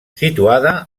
situada